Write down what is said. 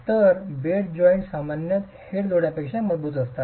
तर बेडचे जॉइंट सामान्यत हेड जोड्यांपेक्षा मजबूत असतात